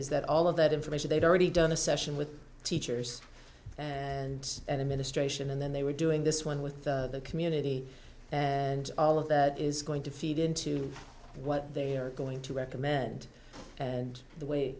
is that all of that information they'd already done a session with teachers and administration and then they were doing this one with the community and all of that is going to feed into what they are going to recommend and the way